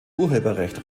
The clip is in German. urheberrecht